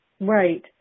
Right